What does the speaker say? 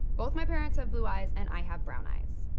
both my parents have blue eyes, and i have brown eyes.